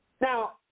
Now